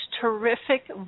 terrific